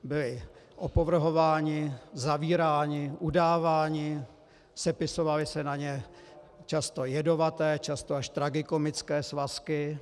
Byli opovrhováni, zavíráni, udáváni, sepisovaly se na ně často jedovaté, často až tragikomické svazky.